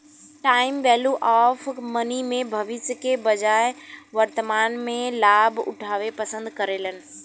time value of money में भविष्य के बजाय वर्तमान में लाभ उठावे पसंद करेलन